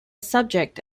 subject